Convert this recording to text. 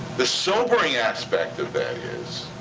the sobering aspect of that is